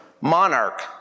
monarch